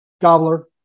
Gobbler